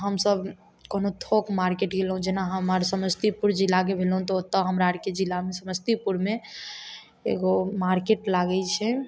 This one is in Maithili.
तऽ हमसभ कोनो थोक मार्केट गेलहुँ जेना हमर समस्तीपुर जिलाके भेलहुँ तऽ ओतऽ हमरा आरके जिला समस्तीपुरमे एगो मार्केट लागय छै